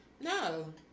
no